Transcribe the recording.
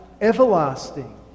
everlasting